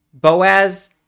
Boaz